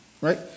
right